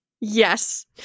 Yes